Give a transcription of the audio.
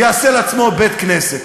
יעשה לעצמו בית-כנסת.